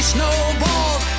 snowballs